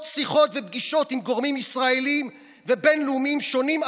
שיחות ופגישות עם גורמים ישראליים ובין-לאומיים שונים,